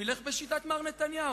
הוא ילך בשיטת מר נתניהו: